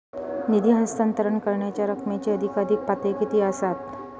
निधी हस्तांतरण करण्यांच्या रकमेची अधिकाधिक पातळी किती असात?